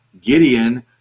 Gideon